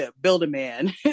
Build-A-Man